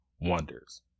wonders